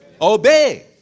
obey